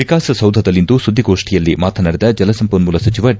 ವಿಕಾಸಸೌಧದಲ್ಲಿಂದು ಸುದ್ದಿಗೋಷ್ಠಿಯಲ್ಲಿ ಮಾತನಾಡಿದ ಜಲಸಂಪನ್ನೂಲ ಸಚಿವ ಡಿ